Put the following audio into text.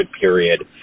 period